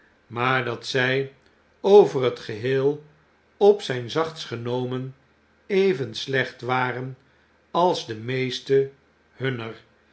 maar dat zy over het geheel op zyn zachtst genomen even slecht waren als de meeste hunner